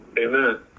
amen